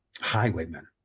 highwaymen